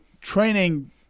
training